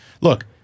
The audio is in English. Look